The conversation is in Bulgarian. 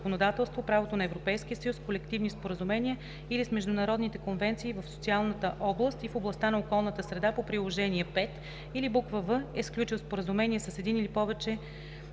правото на Европейския съюз, колективни споразумения или с международните конвенции в социалната област и в областта на околната среда по приложение № 5, или в) е сключил споразумение с един или повече